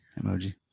emoji